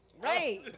Right